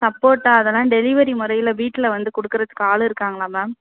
சப்போட்டா அதெல்லாம் டெலிவரி முறையில் வீட்டில் வந்து கொடுக்கறதுக்கு ஆள் இருக்காங்களா மேம்